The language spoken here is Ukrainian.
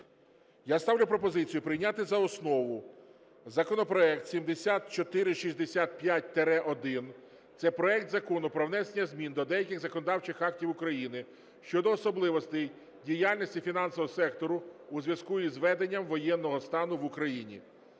Я ставлю пропозицію прийняти за основу законопроект 7465-1 – це проект Закону про внесення змін до деяких законодавчих актів України щодо особливостей діяльності фінансового сектору у зв'язку із введенням воєнного стану в Україні.